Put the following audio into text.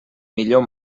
millor